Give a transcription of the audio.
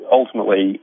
ultimately